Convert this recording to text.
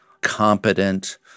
competent